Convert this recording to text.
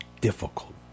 difficult